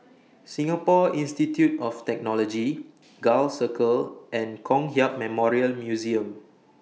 Singapore Institute of Technology Gul Circle and Kong Hiap Memorial Museum